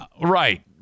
right